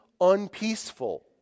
unpeaceful